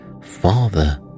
Father